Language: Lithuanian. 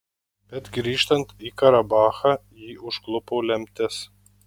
bet grįžtant į karabachą jį užklupo lemtis